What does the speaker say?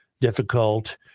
difficult